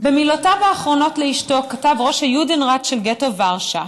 במילותיו האחרונות לאשתו כתב ראש היודנראט של גטו ורשה,